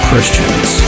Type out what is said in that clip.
Christians